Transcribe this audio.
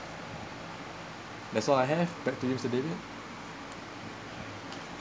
that's all I have back to you mister david